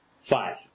Five